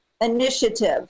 Initiative